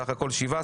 סך הכול שבעה.